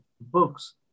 books